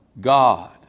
God